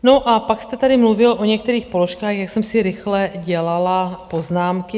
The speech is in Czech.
No, a pak jste tady mluvil o některých položkách, jak jsem si rychle dělala poznámky.